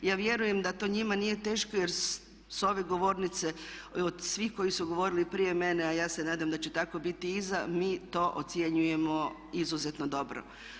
Ja vjerujem da to njima nije teško jer s ove govornice od svih koji su govorili prije mene a ja se nadam da će tako biti iza mi to ocjenjujemo izuzetno dobro.